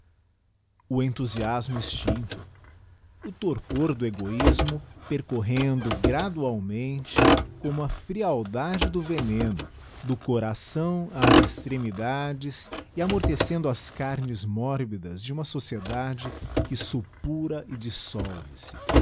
o enthusiasmo extincto o torpor dp egoismo percorrendo gradualmente como frialdade do veneno do coração ás extremidades e amorr tecendo as carnes mórbidas de uma sociedade que sjh pqra e dissolve se